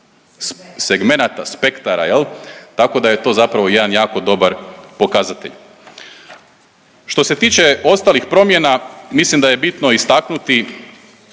segmenata, spektara, je li, tako da je to zapravo jedan jako dobar pokazatelj. Što se tiče ostalih promjena, mislim da je bitno istaknuti,